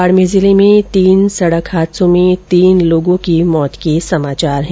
बाडमेर जिले में तीन सडक हादसों में तीन लोगों की मृत्यु हुई